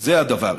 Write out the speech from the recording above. זה הדבר.